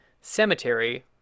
cemetery